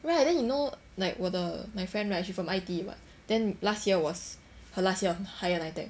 right then you know like 我的 my friend she from I_T_E [what] then last year was her last year of higher NITEC